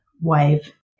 wave